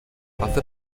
other